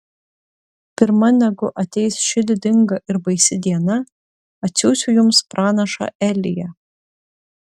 pirma negu ateis ši didinga ir baisi diena atsiųsiu jums pranašą eliją